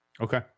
okay